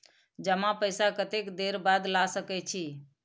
जमा पैसा कतेक देर बाद ला सके छी?